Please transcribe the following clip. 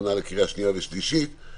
הכנה לקריאה שנייה ושלישית.